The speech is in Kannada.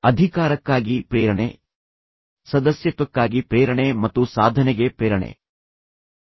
ಅಧಿಕಾರಕ್ಕಾಗಿ ಪ್ರೇರಣೆ ಸದಸ್ಯತ್ವಕ್ಕಾಗಿ ಪ್ರೇರಣೆ ಮತ್ತು ಅದೇ ಸಮಯದಲ್ಲಿ ಅವರು ಸಾಧನೆಗೆ ಈ ಅಗತ್ಯವಿರುತ್ತದೆ ಎಂದು ಹೇಳಿದರು ಅದುವೇ ಸಾಧನೆಗೆ ಪ್ರೇರಣೆ